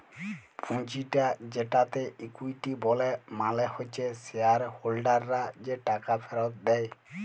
পুঁজিটা যেটাকে ইকুইটি ব্যলে মালে হচ্যে শেয়ার হোল্ডাররা যে টাকা ফেরত দেয়